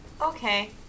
Okay